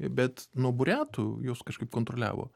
bet nuo buriatų juos kažkaip kontroliavo